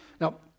Now